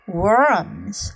worms